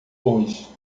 hoje